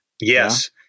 Yes